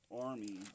army